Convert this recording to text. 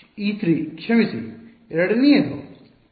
ವಿದ್ಯಾರ್ಥಿ ಎರಡನೆಯದು